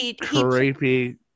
creepy